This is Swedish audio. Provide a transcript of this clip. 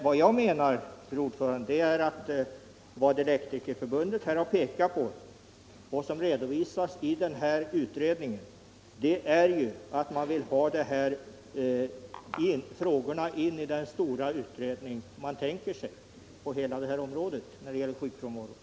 Men jag menar, fru talman, att vad Elektrikerförbundet har pekat på och vad som redovisas i utredningen är att man vill ha dessa frågor in i den stora utredning som man tänker sig på hela arbetarskyddsområdet.